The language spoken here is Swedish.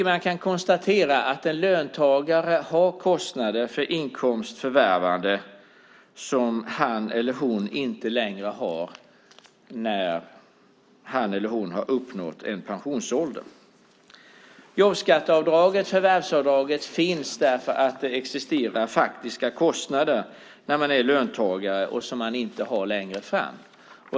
Man kan konstatera att en löntagare har kostnader för inkomsts förvärvande som personen i fråga inte längre har när han eller hon har uppnått pensionsålder. Jobbskatteavdraget, förvärvsavdraget, finns för att det, när man är löntagare, existerar faktiska kostnader som man inte har längre fram.